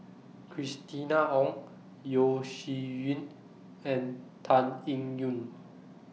Christina Ong Yeo Shih Yun and Tan Eng Yoon